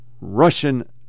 Russian